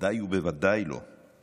בוודאי ובוודאי לא.